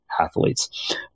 athletes